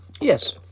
Yes